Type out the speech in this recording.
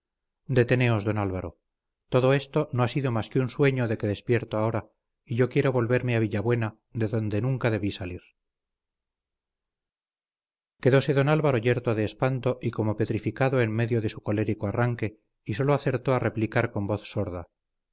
deteneos don álvaro todo esto no ha sido más que un sueño de que despierto ahora y yo quiero volverme a villabuena de donde nunca debí salir quedóse don álvaro yerto de espanto y como petrificado en medio de su colérico arranque y sólo acertó a replicar con voz sorda